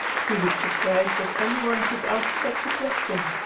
she looked surprised that any one could ask such a question.